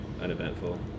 uneventful